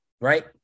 right